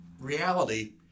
reality